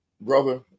brother